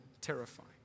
terrifying